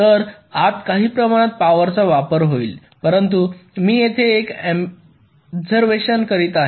तर आत काही प्रमाणात पावरचा वापर होईल परंतु मी येथे एक ऑब्झरव्हेशन करीत आहे